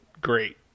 great